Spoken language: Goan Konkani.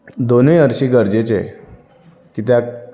दोनूय हरशीं गरजेचें कित्याक